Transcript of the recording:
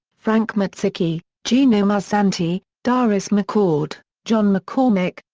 frank maznicki, geno mazzanti, darris mccord, john mccormick,